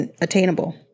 attainable